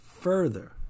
further